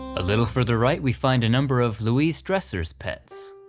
a little further right we find a number of louie dresser's pets.